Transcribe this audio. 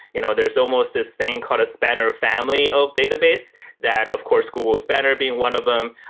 you know there's almost this thing called a spanner family of database that of course google spanner being one of them,